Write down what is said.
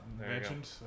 mentioned